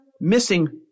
missing